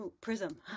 prism